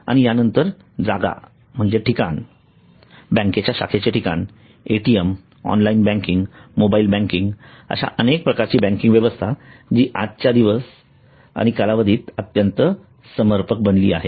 आणि यानंतर जागा जागा म्हणजे ठिकाण बँकेच्या शाखेचे ठिकाण ATM online banking mobile banking आणि अशा अनेक प्रकारची बँकेची व्यवस्था जी आजच्या दिवस आणि कालावधीत अत्यंत समर्पक बनली आहे